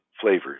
flavors